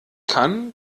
kann